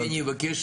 כל המדינה מגוייסת